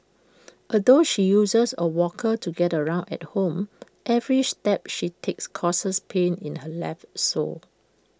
although she uses A walker to get around at home every step she takes causes pain in her left sole